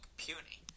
puny